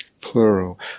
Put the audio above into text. plural